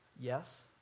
Yes